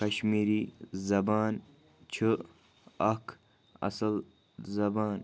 کشمیٖری زبان چھِ اَکھ اَصٕل زبان